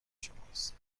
شماست